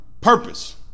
purpose